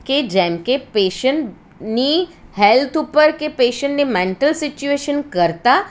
કે જેમ કે પેશન્ટની હેલ્થ ઉપર કે પેશન્ટની મેન્ટલ સિચ્યુએસન કરતાં